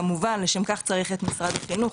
ולשם כך צריך את משרד החינוך,